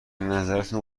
نظرتون